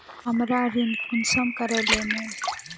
हमरा ऋण कुंसम करे लेमु?